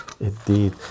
indeed